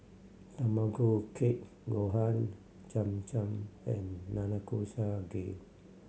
Tamago Kake Gohan Cham Cham and Nanakusa Gayu